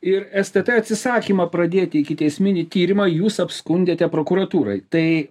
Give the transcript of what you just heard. ir stt atsisakymą pradėti ikiteisminį tyrimą jūs apskundėte prokuratūrai tai